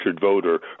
voter